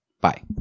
Bye